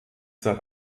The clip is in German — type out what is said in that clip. seit